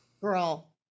Girl